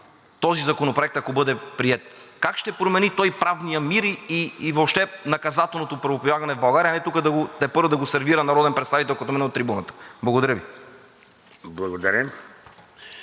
този законопроект, ако бъде приет, как ще промени той правния мир и въобще наказателното правоприлагане в България, а не тук тепърва да го сервира народен представител от трибуната. Благодаря Ви.